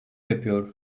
yapıyor